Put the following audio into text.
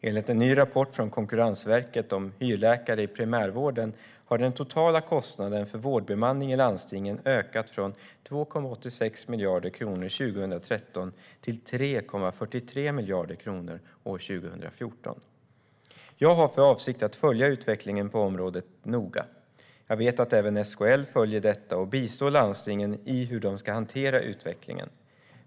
Enligt en ny rapport från Konkurrensverket om hyrläkare i primärvården har den totala kostnaden för vårdbemanning i landstingen ökat från 2,86 miljarder kronor 2013 till 3,43 miljarder kronor 2014. Jag har för avsikt att följa utvecklingen på området noga. Jag vet att även SKL följer detta och bistår landstingen i hur de ska hantera utvecklingen.